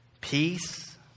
peace